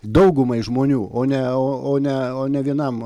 daugumai žmonių o ne o ne o ne vienam